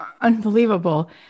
unbelievable